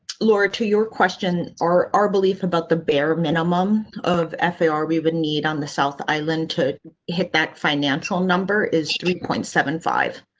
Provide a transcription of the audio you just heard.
laura, to your question, are our belief about the bare minimum of fdr we would need on the south island to hit that financial number is three point seven five.